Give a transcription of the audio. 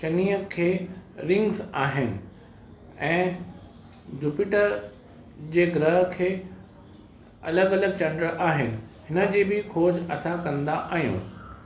शनीअ खे रिंग्स आहिनि ऐं जुपिटर जे ग्रह खे अलॻि अलॻि चंड आहिनि हिनजी बि खोज असां कंदा आहियूं